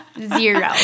Zero